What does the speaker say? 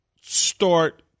start